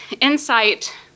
insight